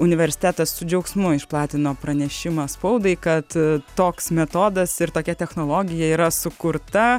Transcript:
universitetas su džiaugsmu išplatino pranešimą spaudai kad toks metodas ir tokia technologija yra sukurta